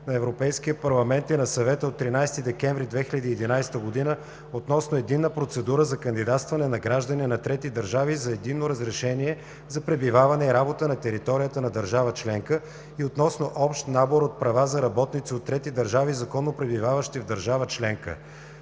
на Европейския парламент и на Съвета от 13 декември 2011 г. относно единна процедура за кандидатстване на граждани на трети държави за единно разрешение за пребиваване и работа на територията на държава членка и относно общ набор от права за работници от трети държави, законно пребиваващи в държава членка.